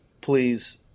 Please